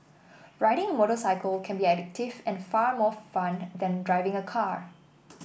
riding a motorcycle can be addictive and far more fun than driving a car